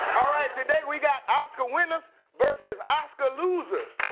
all right. today we got oscar winners versus oscar losers.